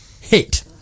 hit